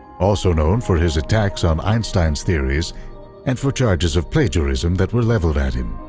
also known for his attacks on einstein's theories and for charges of plagerism that were leveled at him.